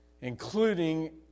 including